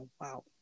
wow